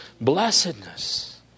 blessedness